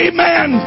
Amen